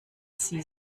sie